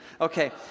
Okay